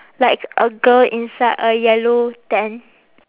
like a girl inside a yellow tent